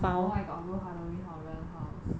no I got go halloween horror house